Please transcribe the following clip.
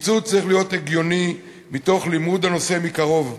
קיצוץ צריך להיות הגיוני, מתוך לימוד הנושא מקרוב.